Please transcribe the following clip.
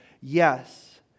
Yes